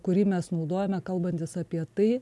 kurį mes naudojame kalbantis apie tai